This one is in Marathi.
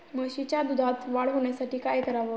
म्हशीच्या दुधात वाढ होण्यासाठी काय करावे?